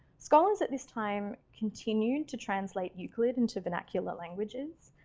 scholars at this time continued to translate euclid into vernacular languages.